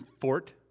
Fort